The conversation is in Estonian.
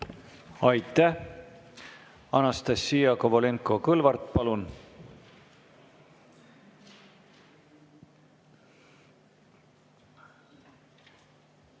Aitäh! Anastassia Kovalenko-Kõlvart, palun!